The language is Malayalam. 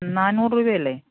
നാനൂറ് രൂപയല്ലേ